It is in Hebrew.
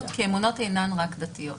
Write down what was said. כי אמונות אינן רק דתיות.